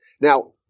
Now